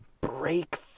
break